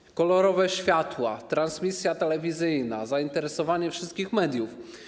Były kolorowe światła, transmisja telewizyjna, zainteresowanie wszystkich mediów.